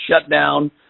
shutdown